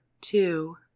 two